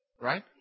Right